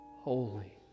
holy